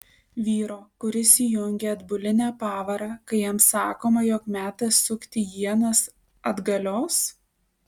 vyro kuris įjungia atbulinę pavarą kai jam sakoma jog metas sukti ienas atgalios